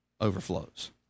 overflows